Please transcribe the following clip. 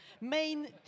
Main